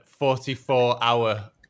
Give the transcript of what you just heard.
44-hour